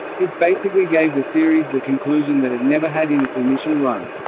this basically gave the series the conclusion that it never had in its initial run.